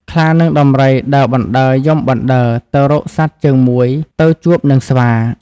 ខ្លា និងដំរីដើរបណ្ដើរយំបណ្ដើរទៅរកសត្វជើងមួយទៅជួបនឹងស្វា